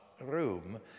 room